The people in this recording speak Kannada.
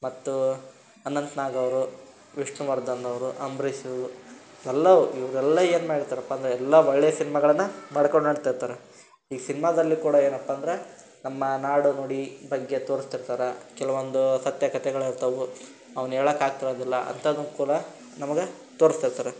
ಮತ್ತು ಅನಂತ ನಾಗ್ ಅವರು ವಿಷ್ಣುವರ್ಧನ್ ಅವರು ಅಂಬರೀಷು ಎಲ್ಲವೂ ಇವರೆಲ್ಲಾ ಏನುಮಾಡಿರ್ತಾರಪ್ಪ ಅಂದ್ರೆ ಎಲ್ಲ ಒಳ್ಳೆಯ ಸಿನಿಮಾಗಳನ್ನ ಮಾಡ್ಕೊಂಡು ಹೊಂಡ್ತಿರ್ತಾರೆ ಈಗ ಸಿನಿಮಾದಲ್ಲಿ ಕೂಡ ಏನಪ್ಪ ಅಂದ್ರೆ ನಮ್ಮ ನಾಡುನುಡಿ ಬಗ್ಗೆ ತೋರಿಸ್ತಿರ್ತಾರ ಕೆಲವೊಂದು ಸತ್ಯ ಕಥೆಗಳಿರ್ತಾವು ಅವ್ನ ಹೇಳೋಕಾಗ್ತಿರುದಿಲ್ಲ ಅಂಥಾದನ್ ಕೂಡ ನಮ್ಗೆ ತೋರಿಸ್ತಿರ್ತಾರ